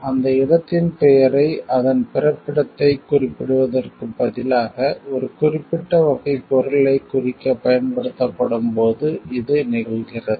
அந்த இடத்தின் பெயரை அதன் பிறப்பிடத்தைக் குறிப்பிடுவதற்குப் பதிலாக ஒரு குறிப்பிட்ட வகைப் பொருளைக் குறிக்கப் பயன்படுத்தப்படும்போது இது நிகழ்கிறது